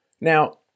Now